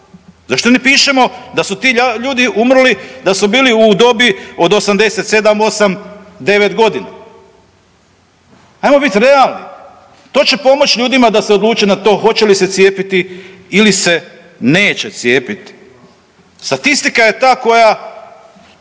Zašto ne pišemo da su ti ljudi umrli da su bili u dobi od 87, 8, 9 godina. Ajmo biti realni to će pomoći ljudima da se odluče na to hoće li se cijepiti ili se neće cijepiti. Statistika je ta koja